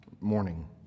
morning